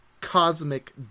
cosmic